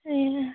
ଆଜ୍ଞା